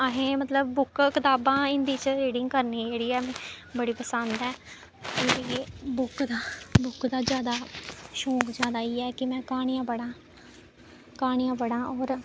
असें गी मतलब बुक कताबां हिंदी च रीडिंग करनी जेह्ड़ी ऐ बड़ी पसंद ऐ बुक दा बुक दा जैदा शौंक जैदा इ'यै ऐ कि में क्हानियां पढ़ां क्हानियां पढ़ां होर